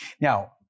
Now